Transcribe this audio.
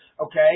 Okay